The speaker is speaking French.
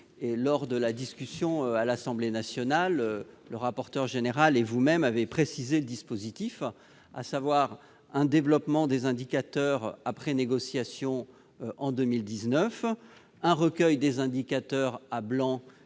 de qualité. À l'Assemblée nationale, le rapporteur général et vous-même avez précisé le dispositif : un développement des indicateurs après négociations en 2019, le recueil des indicateurs « à blanc